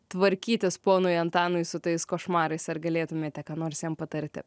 tvarkytis ponui antanui su tais košmarais ar galėtumėte ką nors jam patarti